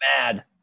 mad